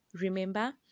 remember